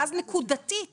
ואז נקודתית